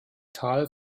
tal